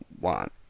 want